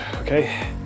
okay